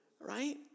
right